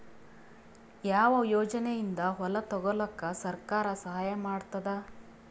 ಯಾವ ಯೋಜನೆಯಿಂದ ಹೊಲ ತೊಗೊಲುಕ ಸರ್ಕಾರ ಸಹಾಯ ಮಾಡತಾದ?